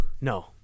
No